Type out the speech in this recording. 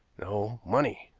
no, money.